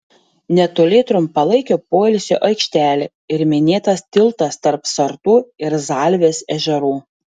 netoli trumpalaikio poilsio aikštelė ir minėtas tiltas tarp sartų ir zalvės ežerų